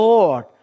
Lord